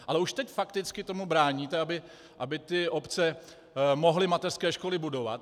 Ale už teď fakticky tomu bráníte, aby obce mohly mateřské školy budovat.